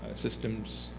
ah systems,